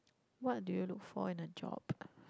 what do you look for in a job